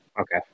Okay